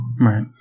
Right